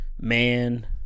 man